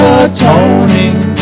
atoning